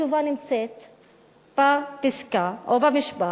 התשובה נמצאת בפסקה, או במשפט: